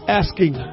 asking